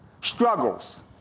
Struggles